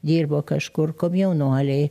dirbo kažkur komjaunuoliai